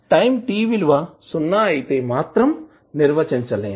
time t విలువ సున్నా అయితే మాత్రం నిర్వచించలేము